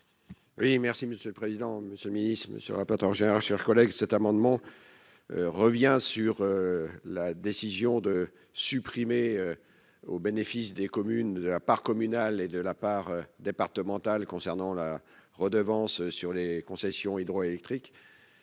Oui merci monsieur le président Monsieur ne sera pas trop cher, cher collègue, cet amendement revient sur la décision de supprimer au bénéfice des communes de la part communale et de la part départementale concernant la redevance sur les concessions hydroélectriques